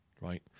right